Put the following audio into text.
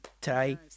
today